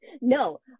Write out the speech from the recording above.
No